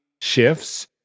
shifts